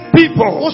people